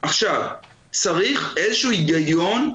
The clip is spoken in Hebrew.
צריך איזה שהוא היגיון,